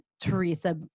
Teresa